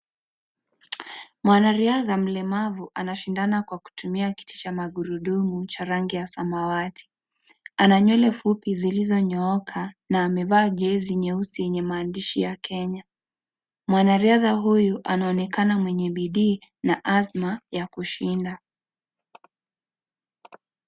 Mwanariadha mlemavu anashindana na kwa kutumia kiti cha magurudumu cha rangi ya samawati. Ana nywele fupi zilizonyooka, na ameva jezi nyeusi yenye maandishi ya Kenya. Mwanariadha huyu anaoneka mwenye bidii na azma ya kushinda.